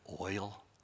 oil